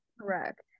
correct